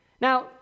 Now